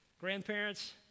Grandparents